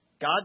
God